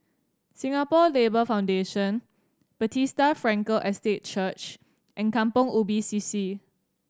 Singapore Labour Foundation Bethesda Frankel Estate Church and Kampong Ubi C C